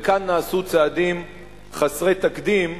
וכאן נעשו צעדים חסרי תקדים שאתם,